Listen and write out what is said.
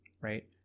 right